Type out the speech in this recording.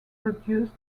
produced